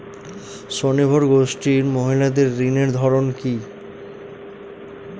স্বনির্ভর গোষ্ঠীর মহিলাদের ঋণের ধরন কি?